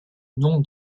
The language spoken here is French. nom